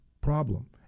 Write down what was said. problem